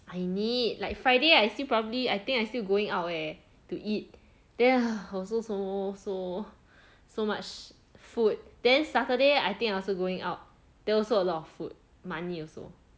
I need like friday I see I still probably I think I still going out eh to eat then also so so so much food then saturday I think also going out then also a lot of food money also